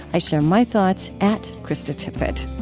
i share my thoughts at kristatippett.